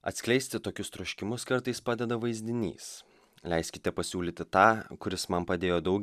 atskleisti tokius troškimus kartais padeda vaizdinys leiskite pasiūlyti tą kuris man padėjo daug